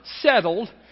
settled